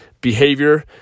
behavior